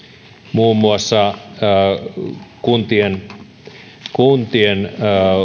muun muassa kuntien kuntien